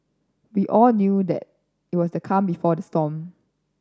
we all knew that it was the calm before the storm